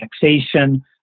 taxation